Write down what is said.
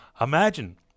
imagine